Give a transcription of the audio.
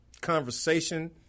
conversation